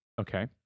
Okay